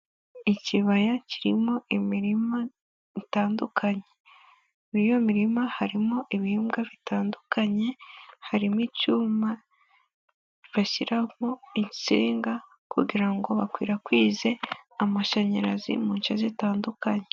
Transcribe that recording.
Ikibaya kirimo imirima itandukanye, mu iyo mirima harimo ibibwa bitandukanye, harimo icyuma bashyiramo insinga kugira ngo bakwirakwize amashanyarazi mu nshe zitandukanye.